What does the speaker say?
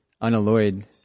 unalloyed